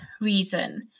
reason